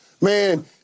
man